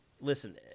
listen